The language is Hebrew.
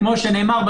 כפי שנאמר,